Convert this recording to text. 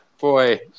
Boy